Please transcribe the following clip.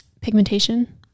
pigmentation